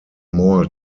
mall